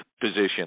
position